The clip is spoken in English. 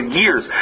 years